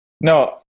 no